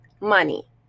money